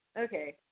Okay